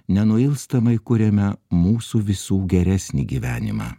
nenuilstamai kuriame mūsų visų geresnį gyvenimą